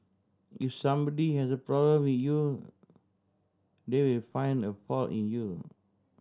if somebody had a problem with you they will find a fault in you